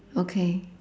okay